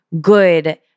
good